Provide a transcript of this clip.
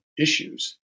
issues